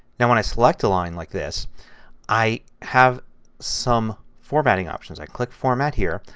yeah when i select a line like this i have some formatting options. i click format here.